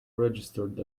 registered